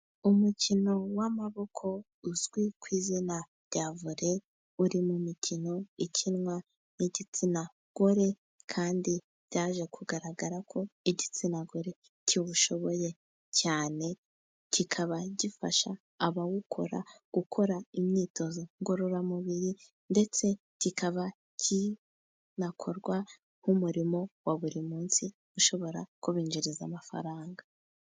Umukino w'amaboko uzwi ku izina rya vore, uri mu mikino ikinwa n'igitsina gore kandi byaje kugaragara ko, igitsina gore kiwushoboye cyane kikaba gifasha abawukora gukora, imyitozo ngororamubiri ndetse kikaba kinakorwa nk'umurimo wa buri munsi, ushobora kubinjiriza amafaranga.